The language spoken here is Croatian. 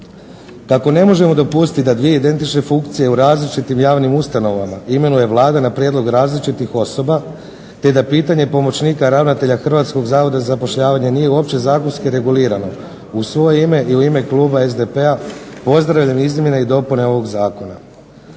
Kako ne možemo dopustiti da dvije identične funkcije u različitim javnim ustanovama imenuje Vlada na prijedlog različitih osoba te da pitanje pomoćnika ravnatelja Hrvatskog zavoda za zapošljavanje nije uopće zakonski regulirano u svoje ime i u ime kluba SDP-a pozdravljam izmjene i dopune ovog zakona.